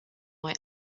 why